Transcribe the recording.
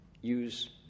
use